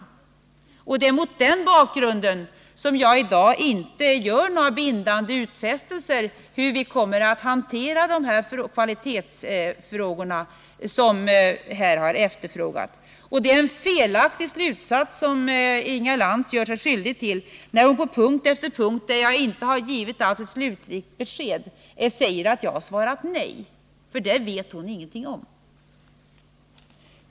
Det är mot den bakgrunden som jag i dag inte gör några bindande utfästelser om hur vi kommer att hantera de kvalitetsfrågor som här har aktualiserats. Det är en felaktig slutsats som Inga Lantz gör sig skyldig till när hon på punkt efter punkt, där jag inte har givit slutligt besked, säger att jag har svarat nej, för svaret vet hon ingenting om.